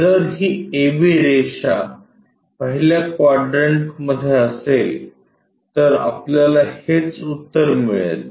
जर ही ab रेषा पहिल्या क्वाड्रंटमध्ये असेल तर आपल्याला हेच उत्तर मिळेल